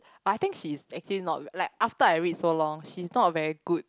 but I think she's actually not bad like after I read so long she's not a very good